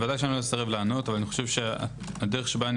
ודאי שלא אסרב לענות אבל אני חושב שהדרך שבה אני